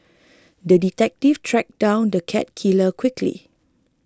the detective tracked down the cat killer quickly